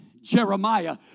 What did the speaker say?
Jeremiah